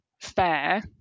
fair